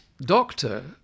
doctor